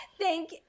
Thank